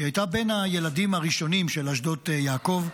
היא הייתה בין הילדים הראשונים של אשדות יעקב,